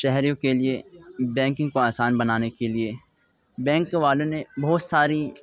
شہریوں کے لیے بینکنگ کو آسان بنانے کے لیے بینک والوں نے بہت ساری